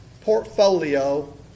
portfolio